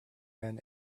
men